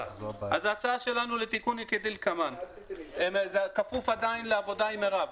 ההצעה שלנו לתיקון כפופה עדיין לעבודה עם מרב.